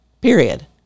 period